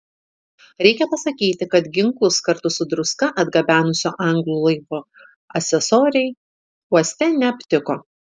reikia pasakyti kad ginklus kartu su druska atgabenusio anglų laivo asesoriai uoste neaptiko